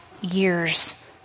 years